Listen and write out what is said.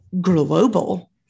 global